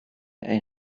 ein